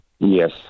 Yes